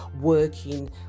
working